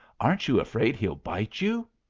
aren't you afraid he'll bite you?